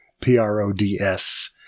p-r-o-d-s